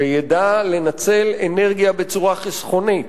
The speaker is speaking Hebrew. שידע לנצל אנרגיה בצורה חסכונית,